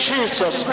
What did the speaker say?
Jesus